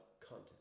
content